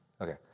Okay